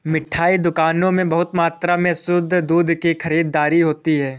मिठाई दुकानों में बहुत मात्रा में शुद्ध दूध की खरीददारी होती है